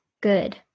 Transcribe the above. good